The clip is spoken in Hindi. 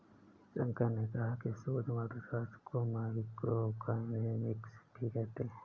शंकर ने कहा कि सूक्ष्म अर्थशास्त्र को माइक्रोइकॉनॉमिक्स भी कहते हैं